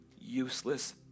useless